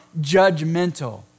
judgmental